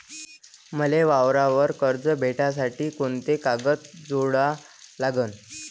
मले वावरावर कर्ज भेटासाठी कोंते कागद जोडा लागन?